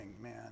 man